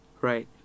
Right